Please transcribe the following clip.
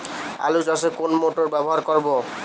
আলু চাষে কোন মোটর ব্যবহার করব?